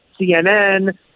CNN